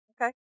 Okay